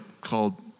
called